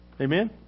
Amen